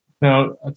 Now